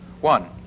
One